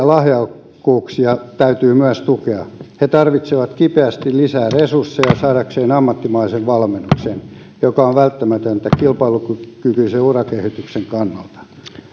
lahjakkuuksia täytyy tukea he tarvitsevat kipeästi lisää resursseja saadakseen ammattimaisen valmennuksen joka on välttämätöntä kilpailukykyisen urakehityksen kannalta